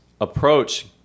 approach